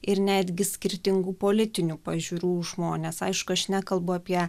ir netgi skirtingų politinių pažiūrų žmones aišku aš nekalbu apie